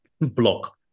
block